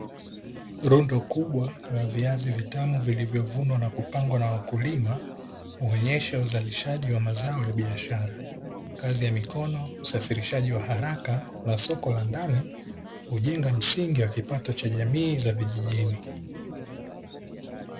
Rundo kubwa la viazi zitamu vilvyovunwa na kupangwa na wakulima, kuonyesha uzalishaji wa mazao ya biashara. Kazi ya mikono, usafirishaji wa haraka na soko la ndani hujenga msingi wa kipato cha jamii za vijijini.